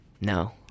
No